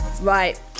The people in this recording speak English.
Right